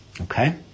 Okay